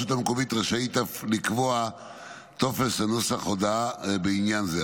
הרשות המקומית רשאית אף לקבוע טופס לנוסח ההודעה בעניין זה.